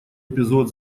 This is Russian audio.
эпизод